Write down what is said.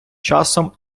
часом